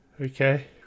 Okay